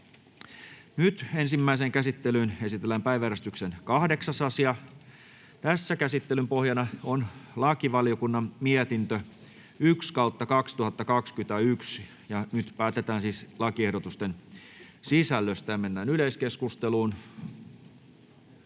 Ensimmäiseen käsittelyyn esitellään päiväjärjestyksen 8. asia. Käsittelyn pohjana on lakivaliokunnan mietintö LaVM 1/2021 vp. Nyt päätetään lakiehdotuksen sisällöstä. Yleiskeskustelu